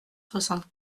soixante